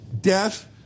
Death